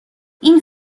این